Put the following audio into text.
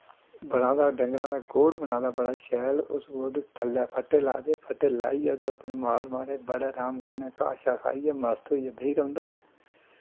बड़ा गै डंगरें दा गोड़ बना दा बड़ा गै शैल उस गोड़ थ'ल्लै फट्टे लाए दे फट्टे लाइयै ओह्दे उप्पर माल बड़े रहाम कन्नै घाऽ गी शैल खाइयै मास्त होइयै बैही रौंह्दा